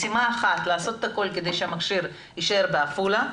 משימה אחת לעשות את הכל כדי שהמכשיר יישאר בעפולה,